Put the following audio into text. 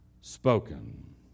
spoken